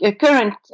current